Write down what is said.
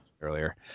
earlier